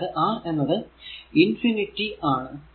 അതായതു R എന്നത് infinity ആണ്